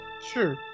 Sure